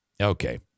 okay